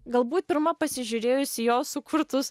galbūt pirma pasižiūrėjus į jo sukurtus